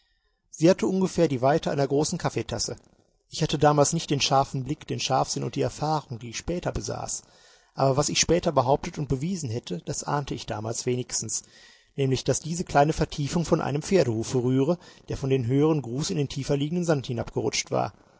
sie hatte ungefähr die weite einer großen kaffeetasse ich hatte damals nicht den scharfen blick den scharfsinn und die erfahrung die ich später besaß aber was ich später behauptet und bewiesen hätte das ahnte ich damals wenigstens nämlich daß diese kleine vertiefung von einem pferdehufe rühre der von dem höheren grus in den tiefer liegenden sand hinabgerutscht war